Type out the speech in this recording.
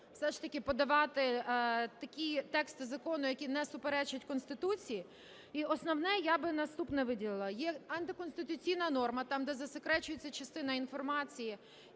все ж таки подавати такий текст закону, який не суперечить Конституції. І основне я би наступне виділила. Є антиконституційна норма, там, де засекречується частина інформації